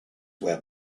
where